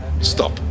Stop